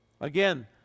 Again